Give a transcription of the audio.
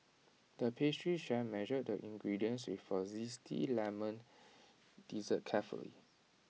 the pastry chef measured the ingredients for Zesty Lemon Dessert carefully